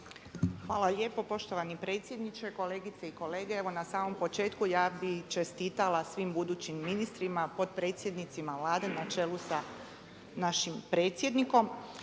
Hvala lijepo poštovani predsjedniče, kolegice i kolege. Evo na samom početku ja bih čestitala svim budućim ministrima, potpredsjednicima Vlade na čelu sa našim predsjednikom.